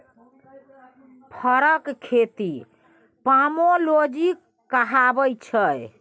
फरक खेती पामोलोजी कहाबै छै